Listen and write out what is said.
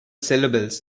syllables